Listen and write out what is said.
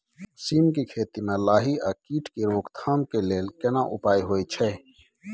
सीम के खेती म लाही आ कीट के रोक थाम के लेल केना उपाय होय छै?